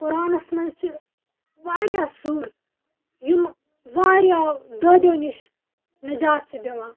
قُرآنَس منٛز چھِ واریاہ سورہ یِمہٕ واریاہَو دادیو نِش نجات چھِ دِوان